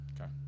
Okay